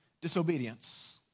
disobedience